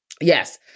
Yes